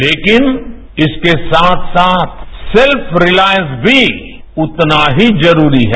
लेकिन इसके साथ साथ सेल्फ रिलायंस भी उतना ही जरूरी है